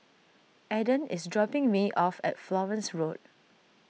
Adan is dropping me off at Florence Road